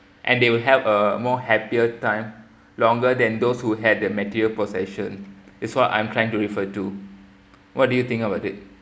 than receiving that's also experience now they will feel better and they have a more happier time longer than those who had the material possession is what I'm trying to refer to what do you think about it